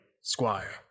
Squire